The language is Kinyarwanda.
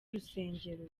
urusengero